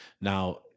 Now